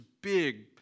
big